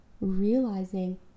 realizing